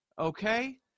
Okay